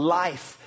life